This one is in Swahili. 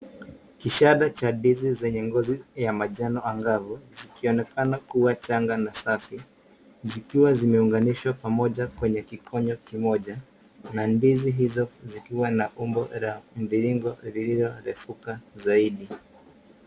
Ishara cha ndizi zenye ngozi ya manjano angavu zikionekana kuwa changa na safi zikiwa zimeunganishwa pamoja kwenye kikonyo kimoja. Mandizi hizo kuzikiwa na umbo la mviringo lililo refuka zaidi.